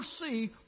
see